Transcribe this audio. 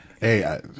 Hey